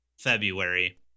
february